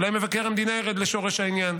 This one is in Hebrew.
אולי מבקר המדינה ירד לשורש העניין,